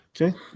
Okay